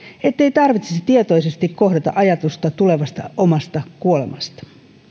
ettei tarvitsisi tietoisesti kohdata ajatusta tulevasta omasta kuolemasta